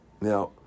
Now